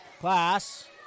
Class